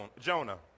Jonah